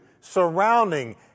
surrounding